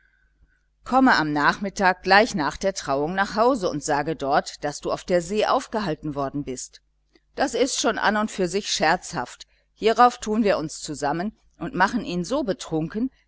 komme am nachmittage gleich nach der trauung nach hause und sage dort daß du auf der see aufgehalten worden bist das ist schon an und für sich scherzhaft hierauf tun wir uns zusammen und machen ihn so betrunken